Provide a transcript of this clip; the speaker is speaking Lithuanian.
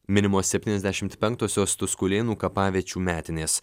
minimos septyniasdešimt penktosios tuskulėnų kapaviečių metinės